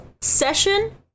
session